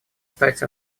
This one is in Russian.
стать